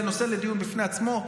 זה נושא לדיון בפני עצמו,